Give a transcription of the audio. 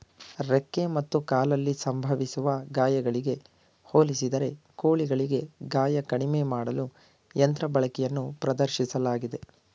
ರೆಕ್ಕೆ ಮತ್ತು ಕಾಲಲ್ಲಿ ಸಂಭವಿಸುವ ಗಾಯಗಳಿಗೆ ಹೋಲಿಸಿದರೆ ಕೋಳಿಗಳಿಗೆ ಗಾಯ ಕಡಿಮೆ ಮಾಡಲು ಯಂತ್ರ ಬಳಕೆಯನ್ನು ಪ್ರದರ್ಶಿಸಲಾಗಿದೆ